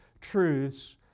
truths